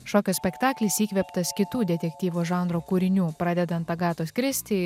šokio spektaklis įkvėptas kitų detektyvo žanro kūrinių pradedant agatos kristi